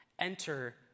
enter